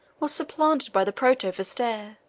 was supplanted by the protovestiare,